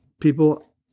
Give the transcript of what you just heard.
people